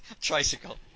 Tricycle